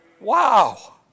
Wow